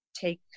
take